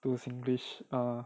to singlish err